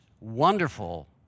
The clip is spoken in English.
wonderful